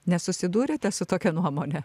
nesusidūrėte su tokia nuomone